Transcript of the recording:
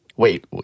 Wait